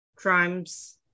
crimes